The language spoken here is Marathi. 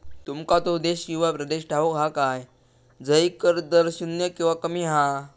तुमका तो देश किंवा प्रदेश ठाऊक हा काय झय कर दर शून्य किंवा कमी हा?